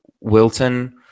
Wilton